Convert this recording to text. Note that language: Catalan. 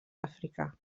àfrica